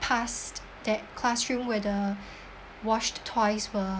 past that classroom where the washed toys were